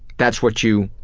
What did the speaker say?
that's what you